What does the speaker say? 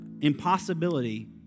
Impossibility